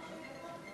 העכואי.)